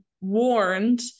warned